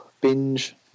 binge